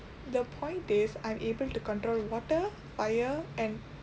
the point is I'm able to control water fire and